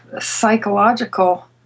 psychological